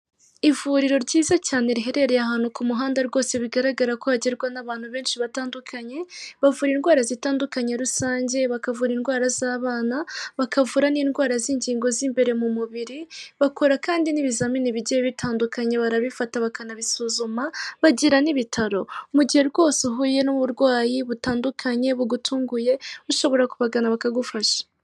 Ivuriro ryiza cyane riherereye ahantu ku muhanda rwose bigaragara ko bagerwa n'abantu benshi batandukanye, bavura indwara zitandukanye rusange, bakavura indwara z'abana, bakavura n'indwara z'ingingo z'imbere mu mubiri, bakora kandi n'ibizamini bigiye bitandukanye barabifata bakanabisuzuma, bagira n'ibitaro, mu gihe rwose uhuye n'uburwayi butandukanye bugutunguye, ushobora kubagana bakagufasha.